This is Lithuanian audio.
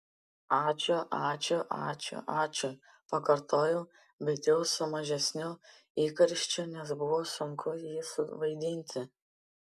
ačiū ačiū ačiū ačiū pakartojau bet jau su mažesniu įkarščiu nes buvo sunku jį suvaidinti